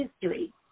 history